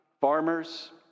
farmers